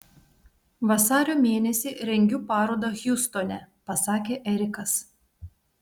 vasario mėnesį rengiu parodą hjustone pasakė erikas